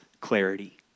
clarity